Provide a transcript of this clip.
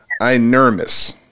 inermis